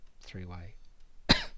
three-way